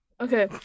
Okay